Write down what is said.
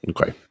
okay